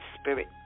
spirit